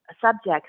subjects